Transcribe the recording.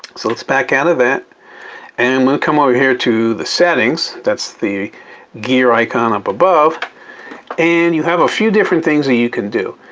so let's back out of that and we'll come over here to the settings. that's the gear icon up above and you have a few different things that you can do.